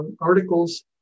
articles